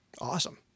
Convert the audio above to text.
Awesome